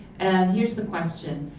here's the question.